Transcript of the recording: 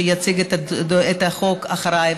שיציג את החוק אחריי,